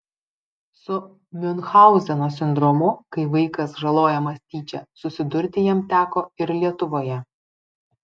su miunchauzeno sindromu kai vaikas žalojamas tyčia susidurti jam teko ir lietuvoje